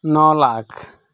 ᱱᱚ lakh